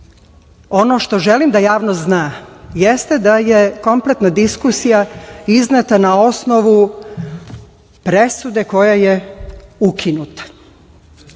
Ono što želim javnost da zna, jeste da je kompletna diskusija izneta na osnovu presude koja je ukinuta.